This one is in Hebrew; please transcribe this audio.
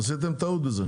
עשיתם טעות בזה.